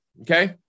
okay